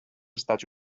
estats